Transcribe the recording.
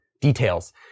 details